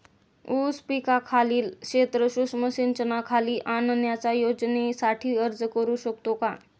ऊस पिकाखालील क्षेत्र सूक्ष्म सिंचनाखाली आणण्याच्या योजनेसाठी अर्ज करू शकतो का?